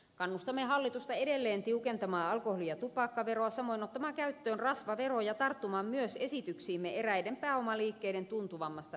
kannustamme hallitusta edelleen tiukentamaan alkoholi ja tupakkaveroa samoin ottamaan käyttöön rasvaveron ja tarttumaan myös esityksiimme eräiden pääomaliikkeiden tuntuvammasta verottamisesta